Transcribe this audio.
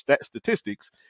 statistics